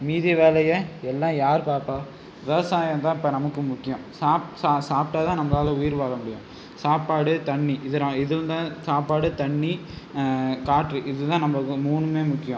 மீதி வேலையை எல்லாம் யார் பார்ப்பா விவசாயம் தான் இப்போ நமக்கு முக்கியம் சாப் சா சாப்பிட்டா தான் நம்பளால் உயிர் வாழ முடியும் சாப்பாடு தண்ணி இதுனா இதில்தான் சாப்பாடு தண்ணி காற்று இது தான் நம்மளுக்கு மூணுமே முக்கியம்